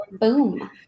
boom